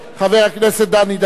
חבר הכנסת דני דנון,